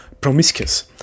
promiscuous